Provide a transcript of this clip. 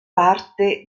parte